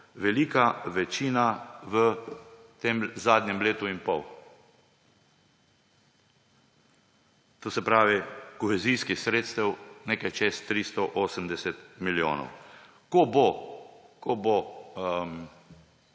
Velika večina v tem zadnjem letu in pol. To se pravi, kohezijskih sredstev nekaj čez 380 milijonov. Ko bo